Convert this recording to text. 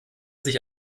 sich